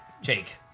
Jake